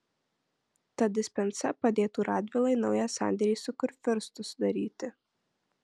ta dispensa padėtų radvilai naują sandėrį su kurfiurstu sudaryti